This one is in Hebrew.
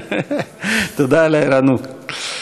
תודה רבה על הערנות.